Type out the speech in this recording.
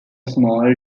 small